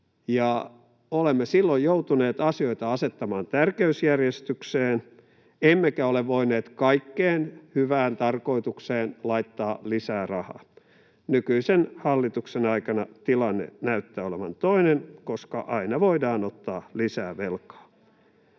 Olemme silloin joutuneet asettamaan asioita tärkeysjärjestykseen emmekä ole voineet kaikkeen hyvään tarkoitukseen laittaa lisää rahaa. Nykyisen hallituksen aikana tilanne näyttää olevan toinen, koska aina voidaan ottaa lisää velkaa.